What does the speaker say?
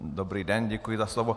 Dobrý den, děkuji za slovo.